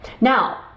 Now